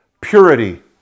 purity